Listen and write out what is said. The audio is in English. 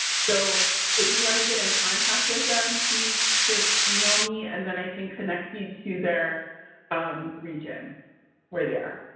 so if you want to get in contact with them, please just email me. and then i can connect you to their region where they are.